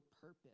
purpose